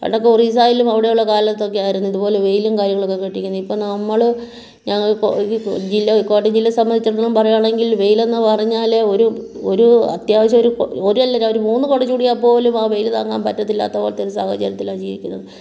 പണ്ടൊക്കെ ഒറീസായിലും അവിടെയുള്ള കാലത്തൊക്കെ ആയിരുന്നു ഇതുപോലെ വെയിലും കാര്യങ്ങളുമൊക്കെ കേട്ടിരിക്കുന്നത് ഇപ്പോൾ നമ്മൾ ഞങ്ങൾക്ക് ഇപ്പോൾ ജില്ല കോട്ടയം ജില്ലയെ സംബന്ധിച്ചിടത്തോളം പറയുവാണെങ്കിൽ വെയിലെന്ന് പറഞ്ഞാൽ ഒരു ഒരു അത്യാവശ്യം ഒരു ഒരെല്ലാ ഒരു മൂന്ന് കുട ചൂടിയാപ്പോലും ആ വെയിൽ താങ്ങാൻ പറ്റത്തില്ലാത്ത പോലത്തെ ഒരു സാഹചര്യത്തിലാണ് ജീവിക്കുന്നത്